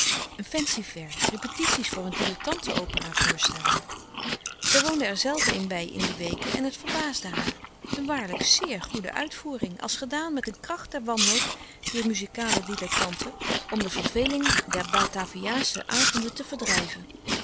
een fancy-fair repetities voor een dilettanten opera voorstelling zij woonde er zelve een bij in die weken en het verbaasde haar de waarlijk zeer goede uitvoering als gedaan met een kracht der wanhoop dier muzikale dilettanten om de verveling der bataviasche avonden te verdrijven